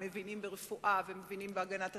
הם מבינים ברפואה, ומבינים בהגנת הסביבה,